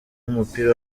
w’umupira